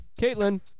Caitlin